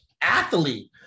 athlete